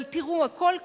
אבל תראו, הכול קשור.